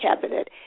cabinet